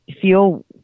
feel